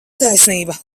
taisnība